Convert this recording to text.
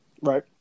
Right